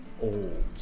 old